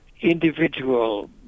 individual